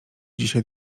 dzisiaj